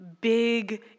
big